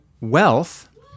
wealth